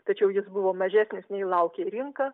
tačiau jis buvo mažesnis nei laukė rinka